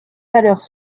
valeurs